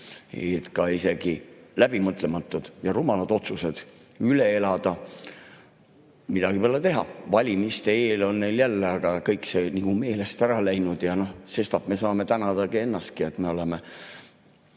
et isegi läbimõtlemata ja rumalad otsused üle elada. Midagi pole teha, valimiste eel on neil jälle kõik see nagu meelest ära läinud ja sestap me saamegi tänada ennast, et me oleme